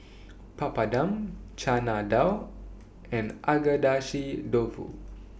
Papadum Chana Dal and Agedashi Dofu